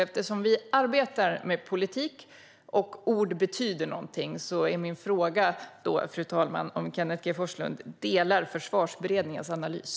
Eftersom vi arbetar med politik och ord betyder någonting är min fråga om Kenneth G Forslund delar Försvarsberedningens analys.